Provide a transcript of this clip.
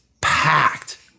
packed